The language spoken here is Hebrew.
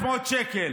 שקל.